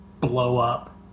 blow-up